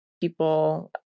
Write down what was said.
people